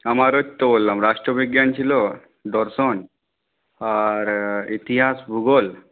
আমার ওই তো বললাম রাষ্ট্রবিজ্ঞান ছিল দর্শন আর ইতিহাস ভূগোল